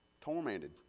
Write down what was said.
Tormented